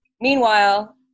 Meanwhile